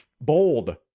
bold